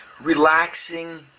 relaxing